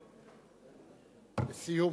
לסיום.